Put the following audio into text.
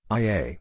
ia